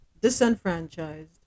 disenfranchised